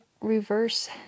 reverse